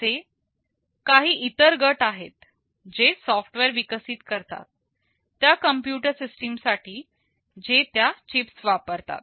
असे काही इतर गट आहेत जे सॉफ्टवेअर विकसित करतात त्या कम्प्युटर सिस्टीम साठी जे त्या चिप्स वापरतात